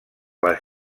les